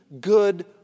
good